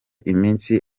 iminsi